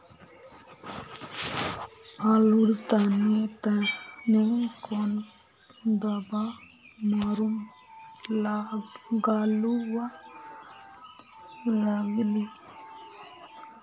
आलूर तने तने कौन दावा मारूम गालुवा लगली?